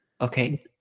Okay